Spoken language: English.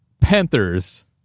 Panthers